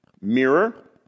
Mirror